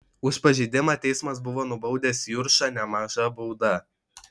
už pažeidimą teismas buvo nubaudęs juršą nemaža bauda